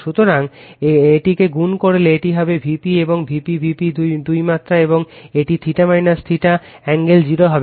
সুতরাং এটিকে গুণ করলে এটি হবে Vp এবং Vp Vp 2 মাত্রা এবং এটি θ θ রেফার টাইম 1723 কোণ হবে 0